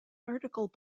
article